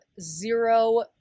zero